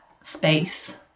space